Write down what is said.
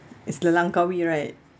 it's the langkawi right